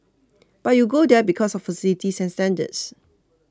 but you go there because of facilities and standards